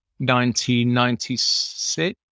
1996